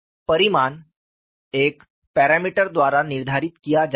परिमाण एक पैरामीटर द्वारा निर्धारित किया जाता है